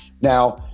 Now